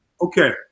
Okay